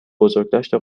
بزرگداشت